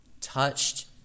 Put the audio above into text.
touched